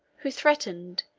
who threatened,